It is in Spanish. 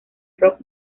rock